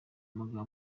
ngombwa